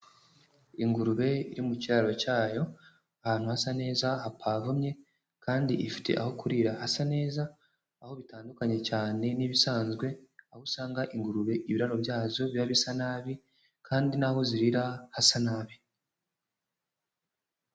Ingurube iri mu kiraro cyayo, ahantu hasa neza, hapavomye kandi ifite aho kurira hasa neza, aho bitandukanye cyane n'ibisanzwe, aho usanga ingurube ibiraro byazo biba bisa nabi kandi n'aho zirira hasa nabi.